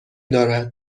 دارد